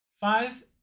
Five